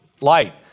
light